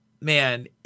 Man